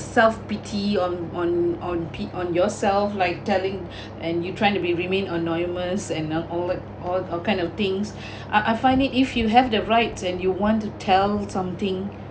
self pity on on on pea~ on yourself like telling and you try to be remain anonymous and and all the all all kind of things I I find it if you have the rights and you want to tell something